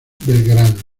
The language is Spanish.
belgrano